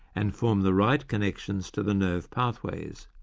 and form the right corrections to the nerve pathways.